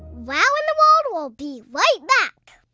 wow in the world will be right back.